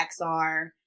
XR